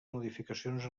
modificacions